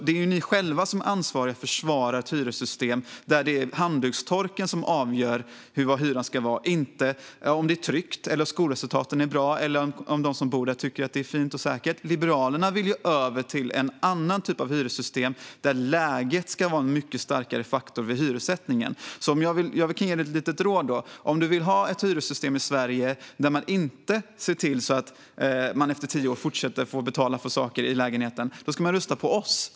Det är ni själva som är ansvariga för att försvara ett hyressystem där det är handdukstorken som avgör hyran, inte om lägenheten ligger i ett tryggt område, om skolresultaten där är bra eller om de som bor där tycker att det är fint och säkert. Liberalerna vill gå över till en annan typ av hyressystem där läget ska vara en mycket starkare faktor vid hyressättningen. Jag kan ge ett litet råd. Om du vill ha ett hyressystem i Sverige som innebär att man inte efter tio år får fortsätta betala för saker i lägenheten ska du rösta på oss.